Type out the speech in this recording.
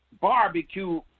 barbecue